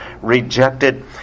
rejected